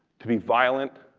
to be violent,